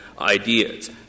Ideas